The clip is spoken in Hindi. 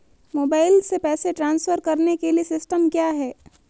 मोबाइल से पैसे ट्रांसफर करने के लिए सिस्टम क्या है?